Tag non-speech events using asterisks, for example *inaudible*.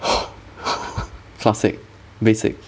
*breath* *laughs* classic basic